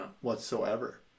whatsoever